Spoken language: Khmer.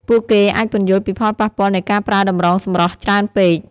ពួកគេអាចពន្យល់ពីផលប៉ះពាល់នៃការប្រើតម្រងសម្រស់ច្រើនពេក។